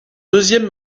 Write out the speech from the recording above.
deuxième